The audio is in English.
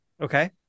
Okay